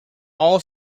all